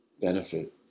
benefit